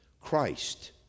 Christ